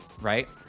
right